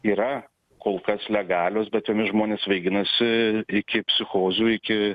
yra kol kas legalios bet jomis žmonės svaiginasi iki psichozių iki